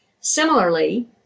Similarly